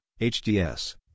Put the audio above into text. HDS